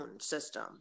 system